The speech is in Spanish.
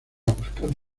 buscarla